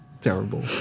terrible